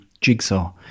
Jigsaw